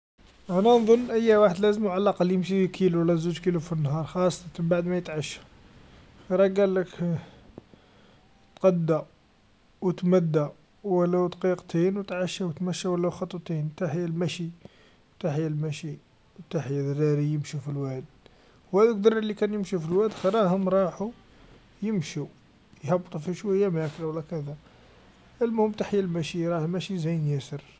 أنا نظن أيا واحد لازمو على لأقل يمشي كيلو و لا زوج كيلو في النهار خاصة بعد ما يتمشى، راه قالك تغذى و تمدى و لا دقيقتين و تعشى و تمشى و لو خطوتين، تحيا المشي تحيا المشي و تحيا ذراري يمشو في الواد، و هاذو ذراري لكانو يمشو في الواد راهم راحو يمشو يهبطو في شويا باه يكلو و لا كذا، المهم راهو تحيا المشي راه المشي زين ياسر.